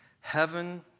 Heaven